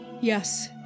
Yes